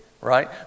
right